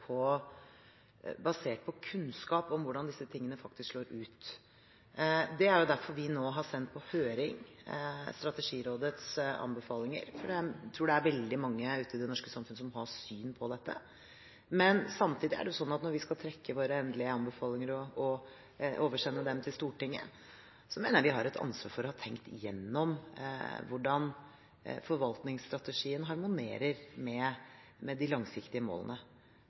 basert på kunnskap om hvordan disse tingene faktisk slår ut. Det er derfor vi nå har sendt på høring Strategirådets anbefalinger, for jeg tror det er veldig mange ute i det norske samfunn som har syn på dette. Men samtidig er det sånn at når vi skal gi våre endelige anbefalinger og oversende dem til Stortinget, mener jeg vi har et ansvar for å ha tenkt gjennom hvordan forvaltningsstrategien harmonerer med de langsiktige målene.